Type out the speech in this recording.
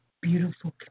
beautiful